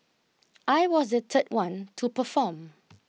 I was the third one to perform